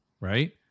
Right